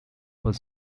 was